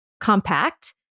compact